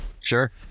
sure